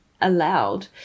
allowed